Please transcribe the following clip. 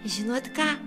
žinot ką